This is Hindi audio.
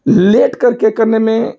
लेट करके करने में